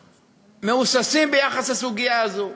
מהוססים ביחס לסוגיה הזו.